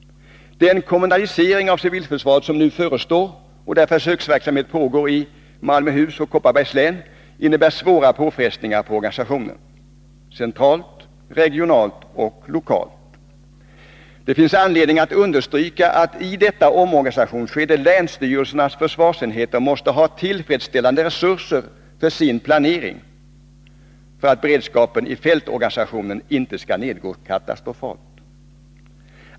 Den kommunalisering av civilförsvaret som nu förestår och där försöksverksamhet pågår i Malmöhus län och Kopparbergs län innebär svåra påfrestningar på organisationen centralt, regionalt och lokalt. Det finns anledning att understryka att länsstyrelsernas försvarsenheter i detta omorganisationsskede måste ha tillfredsställande resurser för sin planering för att beredskapen i fältorganisationen inte skall nedgå katastrofalt.